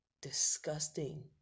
disgusting